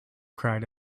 cried